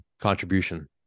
contribution